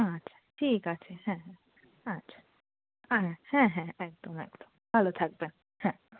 আচ্ছা ঠিক আছে হ্যাঁ হ্যাঁ আচ্ছা হ্যা হ্যাঁ হ্যাঁ একদম একদম ভালো থাকবেন হ্যাঁ